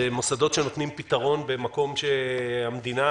זה מוסדות שנותנים פתרון במקום שהמדינה